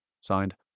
Signed